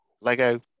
LEGO